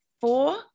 four